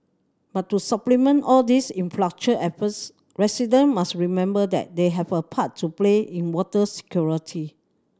but to supplement all these infrastructure efforts resident must remember that they have a part to play in water security